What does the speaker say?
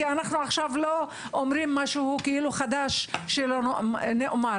כי אנחנו עכשיו לא אומרים משהו חדש שלא נאמר.